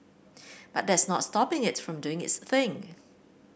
but that's not stopping it from doing its thing